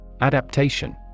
Adaptation